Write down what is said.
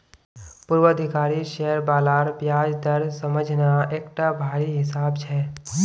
पूर्वाधिकारी शेयर बालार ब्याज दर समझना एकटा भारी हिसाब छै